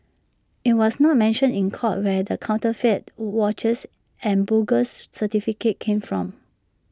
IT was not mentioned in court where the counterfeit watches and bogus certificates came from